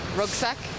rucksack